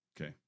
Okay